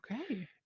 okay